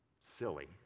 Silly